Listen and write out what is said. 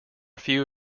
few